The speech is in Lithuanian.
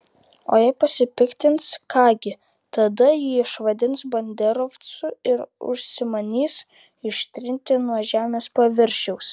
o jei pasipiktins ką gi tada jį išvadins banderovcu ir užsimanys ištrinti nuo žemės paviršiaus